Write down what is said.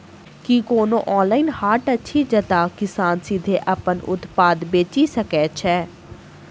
की कोनो ऑनलाइन हाट अछि जतह किसान सीधे अप्पन उत्पाद बेचि सके छै?